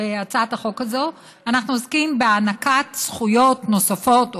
בהצעת החוק הזאת אנחנו עוסקים בהענקת זכויות נוספות,